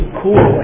cool